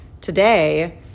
today